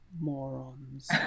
morons